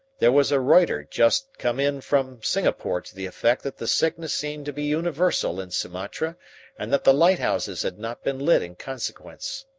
there was a reuter just come in from singapore to the effect that the sickness seemed to be universal in sumatra and that the lighthouses had not been lit in consequence.